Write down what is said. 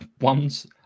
ones